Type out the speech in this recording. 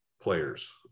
players